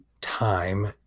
time